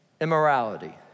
immorality